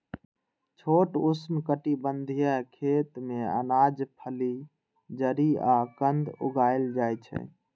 छोट उष्णकटिबंधीय खेत मे अनाज, फली, जड़ि आ कंद उगाएल जाइ छै